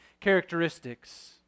characteristics